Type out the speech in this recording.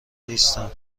نیستم